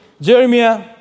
Jeremiah